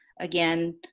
Again